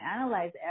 analyze